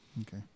Okay